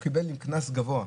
הוא קיבל עם קנס גבוה,